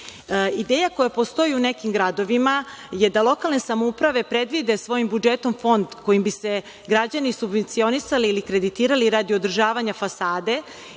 Ideja koja postoji u nekim gradovima je da lokalne samouprave predvide svojim budžetom fond kojim bi se građani subvencionisali ili kreditirali radi održavanja fasade,